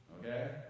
Okay